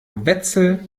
wetzel